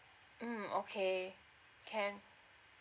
mm okay can